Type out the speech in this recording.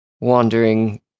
wandering